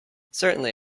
certainly